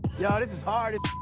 yeah this is hard